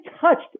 touched